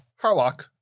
Harlock